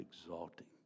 exalting